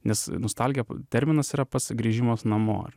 nes nostalgija terminas yra pats grįžimas namo ar